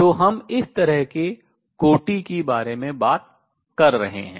तो हम इस तरह के कोटि की बारे में बात कर रहे हैं